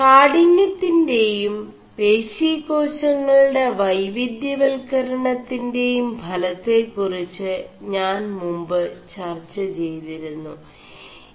കാഠിനçøിെയും േപശിേകാശÆളgെട ൈവവിധçവൽ രണøിൻെറയും ഫലെø ുറിg് ഞാൻ മു2് ചർg െചയ്തിരുMു